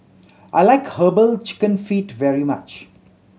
I like Herbal Chicken Feet very much